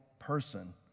person